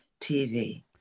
TV